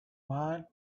mine